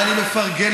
לא מקשיבים.